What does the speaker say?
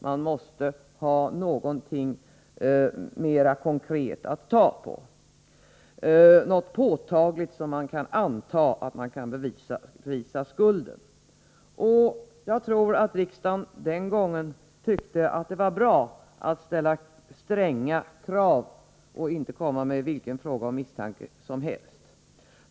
Man måste ha någonting mera konkret, någonting påtagligt att bevisa skulden med. Jag tror att riksdagen den gången tyckte att det var bra att ställa stränga krav och inte tillåta någon att komma med vilken fråga om misstanke som helst.